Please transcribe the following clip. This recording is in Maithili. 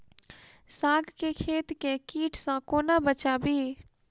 साग केँ खेत केँ कीट सऽ कोना बचाबी?